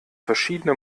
verschiedene